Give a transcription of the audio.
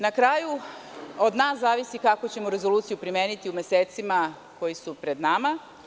Na kraju, od nas zavisi kakvu ćemo rezoluciju primeniti u mesecima koji su pred nama.